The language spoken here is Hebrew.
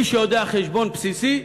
מי שיודע חשבון בסיסי,